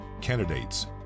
candidates